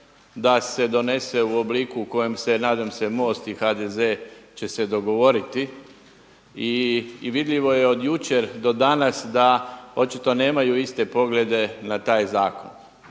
da se donese u obliku u kojem se nadam se MOST i HDZ će se dogovoriti. I vidljivo je od jučer do danas da očito nemaju iste poglede na taj zakon.